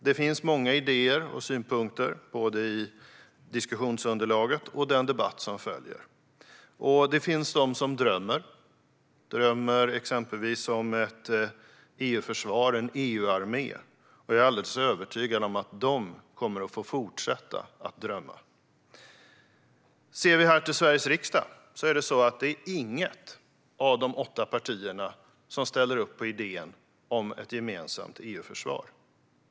Det finns många idéer och synpunkter, både i diskussionsunderlaget och i den debatt som följer. Det finns de som drömmer om ett EU-försvar och en EU-armé, men jag är övertygad om att de kommer att få fortsätta att drömma. Inget av de åtta partierna i Sveriges riksdag ställer upp på idén om ett gemensamt EU-försvar.